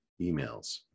emails